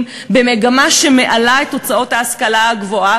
במגמה שמעלה את ההוצאות על ההשכלה הגבוהה,